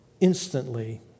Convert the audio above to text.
instantly